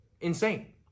insane